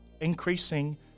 Increasing